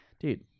Dude